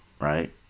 right